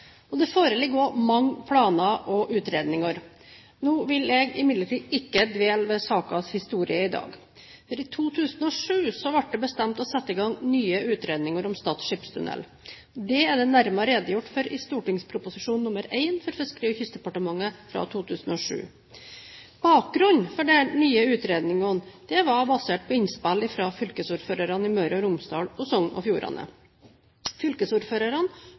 proposisjoner. Det foreligger også mange planer og utredninger. Nå vil jeg imidlertid ikke dvele ved sakens historie i dag. I 2007 ble det bestemt å sette i gang nye utredninger om Stad skipstunnel. Det er det nærmere redegjort for i St.prp. nr. 1 for 2007–2008 under Fiskeri- og kystdepartementet. Bakgrunnen for de nye utredningene er innspill fra fylkesordførerne i Møre og Romsdal og Sogn og Fjordane. Fylkesordførerne